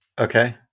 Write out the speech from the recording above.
Okay